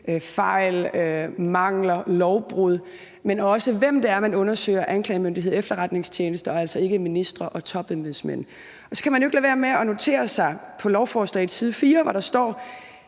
gælder også, i forhold til hvem det er, man undersøger, anklagemyndighed og efterretningstjeneste og altså ikke ministre og topembedsmænd. Så kan man jo ikke lade være med at notere sig det, der står